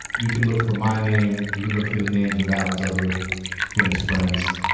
you can look for my name. you can look for the names of alan's other famous friends